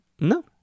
No